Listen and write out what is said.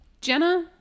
Jenna